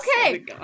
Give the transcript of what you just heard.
Okay